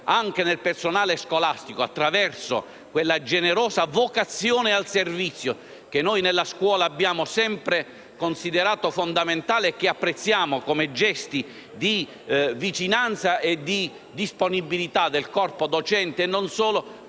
anche nel personale scolastico - attraverso quella generosa vocazione al servizio che noi nella scuola abbiamo sempre considerato fondamentale e che apprezziamo come gesto di vicinanza e di disponibilità del corpo docente e non solo